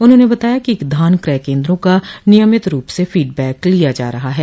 उन्होंने बताया कि धान क्रय केन्द्रों का नियमित रूप से फीडबैक लिया जा रहा है